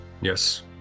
Yes